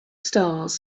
stars